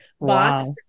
Box